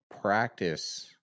practice